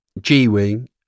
G-Wing